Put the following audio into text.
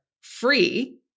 free